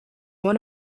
one